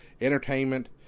entertainment